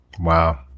Wow